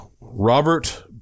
Robert